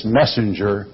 messenger